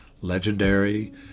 legendary